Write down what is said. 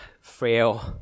frail